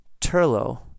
Turlo